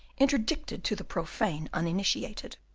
interdicted to the profane uninitiated.